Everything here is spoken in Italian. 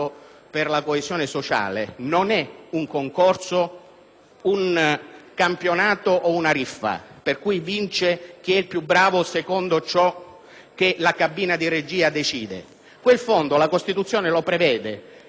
un campionato o una riffa per cui vince chi è il più bravo secondo ciò che la cabina di regia decide. Quel fondo la Costituzione lo prevede per recuperare situazioni di disuguaglianza strutturale